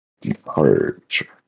Departure